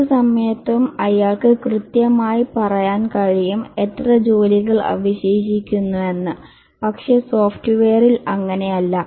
ഏത് സമയത്തും അയാൾക്ക് കൃത്യമായി പറയാൻ കഴിയും എത്ര ജോലികൾ അവശേഷിക്കുന്നുവെന്ന് പക്ഷേ സോഫ്റ്റ്വെയറിൽ അങ്ങനെയല്ല